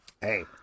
Hey